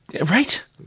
Right